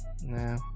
Nah